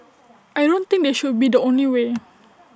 I don't think they should be the only way